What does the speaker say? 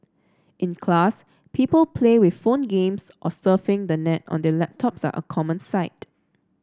in class people play with phone games or surfing the net on their laptops are a common sight